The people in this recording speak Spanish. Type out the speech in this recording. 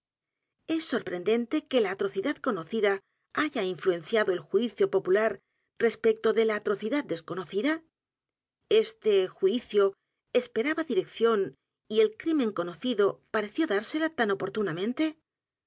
es sorprendente que la atrocidad conocida haya influenciado el juicio popular r e s p e c t a e l misterio de maría rogét de la atrocidad desconocida este juicio esperaba dirección y el crimen conocido pareció dársela tan oportunamente